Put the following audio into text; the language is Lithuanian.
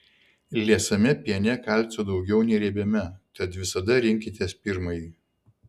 liesame piene kalcio daugiau nei riebiame tad visada rinkitės pirmąjį